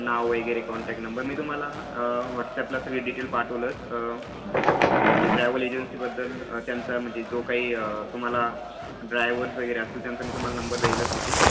नाव वगैरे contact number मी तुम्हाला व्हॉट्सॲपला सगळी डिटेल पाठवलेच म्हणजे ट्रॅव्हल एजन्सीबद्दल त्यांचा म्हणजे जो काही तुम्हाला ड्रायवर्स वगैरे असेल त्यांचं मी तुम्हाला नंबर देईलंच तिथे